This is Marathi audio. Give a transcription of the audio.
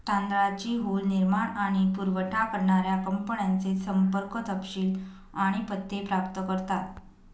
तांदळाची हुल निर्माण आणि पुरावठा करणाऱ्या कंपन्यांचे संपर्क तपशील आणि पत्ते प्राप्त करतात